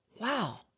Wow